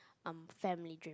are family